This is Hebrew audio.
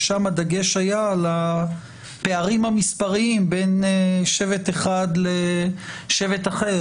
ושם הדגש היה על הפערים המספריים בין שבט אחד לשבט אחר,